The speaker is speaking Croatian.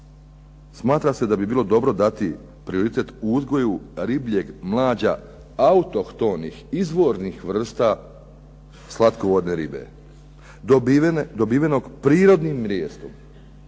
smatra se da bi bilo dobro dati prioritet u uzgoju ribljeg mlađa autohtonih izvornih vrsta slatkovodne ribe dobivenih prirodnim mrijestom.